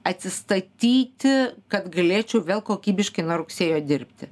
atsistatyti kad galėčiau vėl kokybiškai nuo rugsėjo dirbti